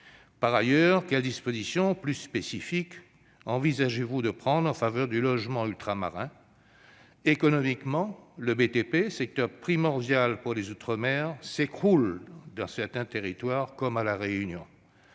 Mayotte ? Quelles dispositions plus spécifiques envisagez-vous de prendre en faveur du logement ultramarin ? Économiquement, le BTP, secteur primordial pour les outre-mer, s'écroule dans certains territoires, comme à La Réunion.